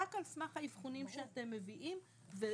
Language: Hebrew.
רק על סמך האבחונים שאתם מביאים,